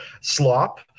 slop